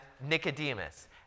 nicodemus